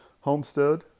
Homestead